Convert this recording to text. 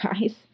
guys